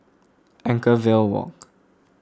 Anchorvale Walk